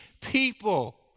people